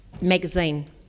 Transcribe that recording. magazine